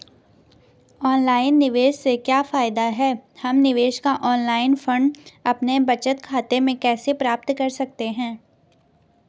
Online निवेश से क्या फायदा है हम निवेश का ऑनलाइन फंड अपने बचत खाते में कैसे प्राप्त कर सकते हैं?